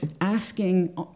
asking